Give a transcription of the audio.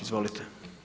Izvolite.